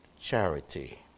charity